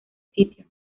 sitio